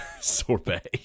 Sorbet